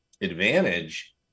advantage